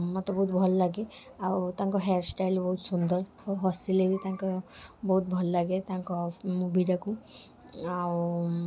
ମତେ ବହୁତ ଭଲ ଲାଗେ ଆଉ ତାଙ୍କର ହେୟାର ଷ୍ଟାଇଲ୍ ବହୁତ ସୁନ୍ଦର ଓ ହସିଲେ ବି ତାଙ୍କ ବହୁତ ଭଲ ଲାଗେ ତାଙ୍କ ମୁଭିଟାକୁ ଆଉ